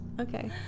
Okay